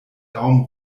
daumen